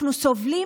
אנחנו סובלים